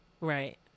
Right